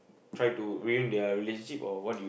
try to ruin their relationship or what you